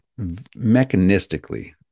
mechanistically